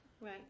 Right